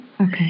Okay